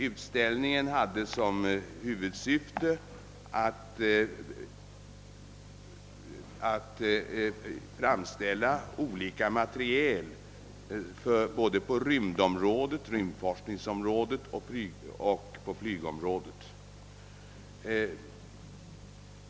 Utställningen hade som huvudsyfte att visa olika slags materiel både på rymdforskningsområdet och på flygområdet.